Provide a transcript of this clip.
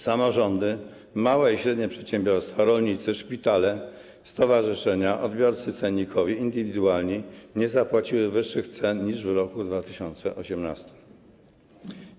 Samorządy, małe i średnie przedsiębiorstwa, rolnicy, szpitale, stowarzyszenia, odbiorcy cennikowi indywidualni nie zapłacili wyższych cen niż w 2018 r.